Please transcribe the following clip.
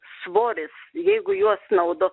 svoris jeigu juos naudo